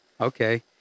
Okay